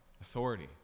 Authority